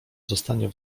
zostanie